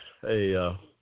Hey